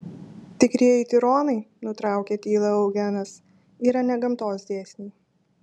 tikrieji tironai nutraukė tylą eugenas yra ne gamtos dėsniai